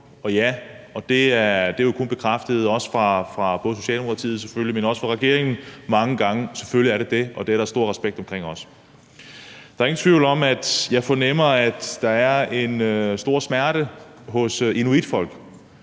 Og ja, det er bekræftet mange gange fra både Socialdemokratiet selvfølgelig, men også fra regeringen. Selvfølgelig er det det, og det er der stor respekt om også. Der er ingen tvivl om, at jeg fornemmer, at der er en stor smerte hos inuitfolk.